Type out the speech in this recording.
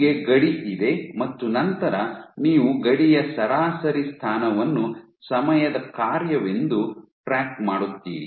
ಹೀಗೆ ಗಡಿ ಇದೆ ಮತ್ತು ನಂತರ ನೀವು ಗಡಿಯ ಸರಾಸರಿ ಸ್ಥಾನವನ್ನು ಸಮಯದ ಕಾರ್ಯವೆಂದು ಟ್ರ್ಯಾಕ್ ಮಾಡುತ್ತೀರಿ